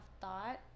thought